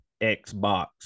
Xbox